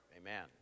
Amen